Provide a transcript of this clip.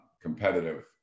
competitive